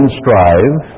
strive